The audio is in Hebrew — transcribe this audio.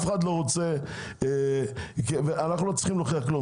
אנחנו לא צריכים להוכיח כלום.